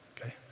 okay